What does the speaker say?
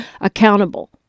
accountable